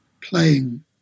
playing